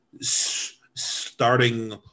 starting